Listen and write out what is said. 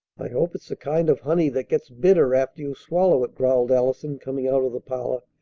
i hope it's the kind of honey that gets bitter after you swallow it! growled allison, coming out of the parlor.